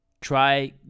try